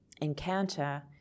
encounter